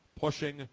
pushing